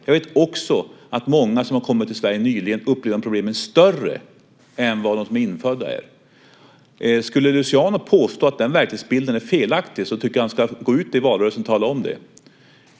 Jag vet också att många som har kommit till Sverige nyligen upplever de problemen större än vad de som är infödda gör. Skulle Luciano påstå att den verklighetsbilden är felaktig tycker jag att han ska gå ut i valrörelsen och tala om det.